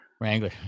Wrangler